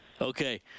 okay